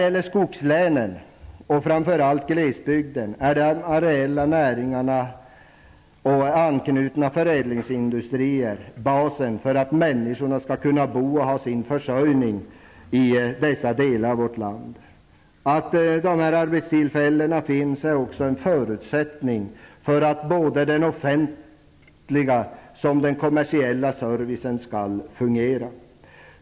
I skogslänen och framför allt i glesbygden är de areella näringarna och anknutna förädlingsindustrier basen för att människorna skall kunna bo och ha sin försörjning i dessa delar av vårt land. Att sådana arbeten finns är också en förutsättning för att både den offentliga och den kommersiella servicen skall fungera.